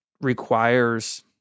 requires